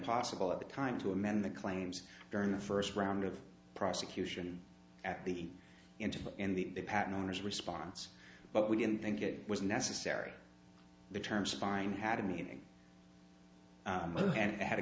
possible at the time to amend the claims during the first round of prosecution at the interval and the patent owners response but we didn't think it was necessary the time spying had a